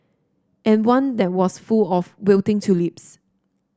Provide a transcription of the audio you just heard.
and one that was full of wilting tulips